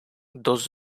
does